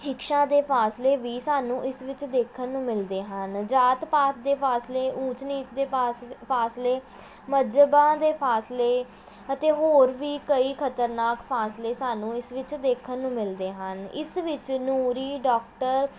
ਸ਼ਿਕਸ਼ਾ ਦੇ ਫਾਸਲੇ ਵੀ ਸਾਨੂੰ ਇਸ ਵਿੱਚ ਦੇਖਣ ਨੂੰ ਮਿਲਦੇ ਹਨ ਜਾਤ ਪਾਤ ਦੇ ਫਾਸਲੇ ਊਚ ਨੀਚ ਦੇ ਫਾਸਲੇ ਫਾਸਲੇ ਮਜ੍ਹਬ ਦੇ ਫਾਸਲੇ ਅਤੇ ਹੋਰ ਵੀ ਕਈ ਖਤਰਨਾਕ ਫਾਸਲੇ ਸਾਨੂੰ ਇਸ ਵਿੱਚ ਦੇਖਣ ਨੂੰ ਮਿਲਦੇ ਹਨ ਇਸ ਵਿੱਚ ਨੂਰੀ ਡੋਕਟਰ